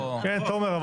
כן, תומר.